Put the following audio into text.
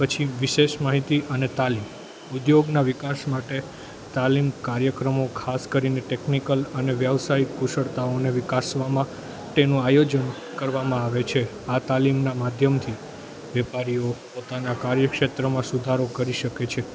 પછી વિશેષ માહિતી અને તાલીમ ઉધ્યોગના વિકાસ માટે તાલીમ કાર્યક્રમો ખાસ કરીને ટેકનિકલ અને વ્યવસાયિક કુશળતાઓને વિકાસવામાં તેનો આયોજન કરવામાં આવે છે આ તાલીમના માધ્યમથી વેપારીઓ પોતાના કાર્યક્ષેત્રમાં સુધારો કરી શકે છે